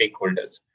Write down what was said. stakeholders